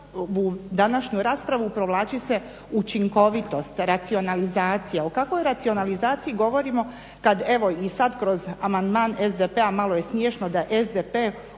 današnju raspravu provlači se učinkovitost, racionalizacija. O kakvoj racionalizaciji govorimo kada evo i sada kroz amandman SDP-a malo je smiješno da SDP